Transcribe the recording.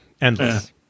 endless